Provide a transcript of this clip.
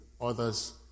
others